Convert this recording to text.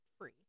free